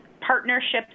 partnerships